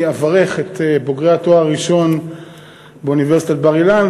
אברך את בוגרי התואר הראשון באוניברסיטת בר-אילן,